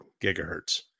gigahertz